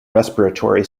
respiratory